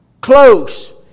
close